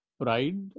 pride